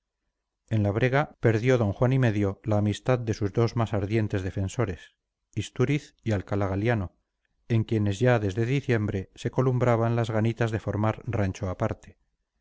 en la brega perdió d juan y medio la amistad de sus dos más ardientes defensores istúriz y alcalá galiano en quienes ya desde diciembre se columbraban las ganitas de formar rancho aparte